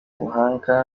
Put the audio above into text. buhanga